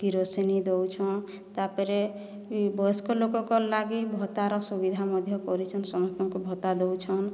କିରୋସିନି ଦଉଛନ୍ ତାପରେ ବୟସ୍କ ଲୋକକର ଲାଗି ଭତ୍ତାର ସୁବିଧା ମଧ୍ୟ କରିଛନ୍ ସମସ୍ତଙ୍କୁ ଭତ୍ତା ଦଉଛନ୍